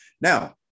Now